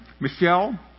Michelle